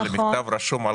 וזה מכתב רשום,